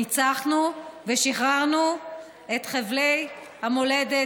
ניצחנו ושחררנו את חבלי המולדת